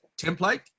template